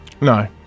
No